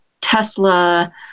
Tesla